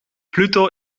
pluto